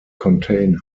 container